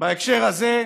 בהקשר הזה,